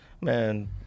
Man